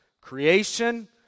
Creation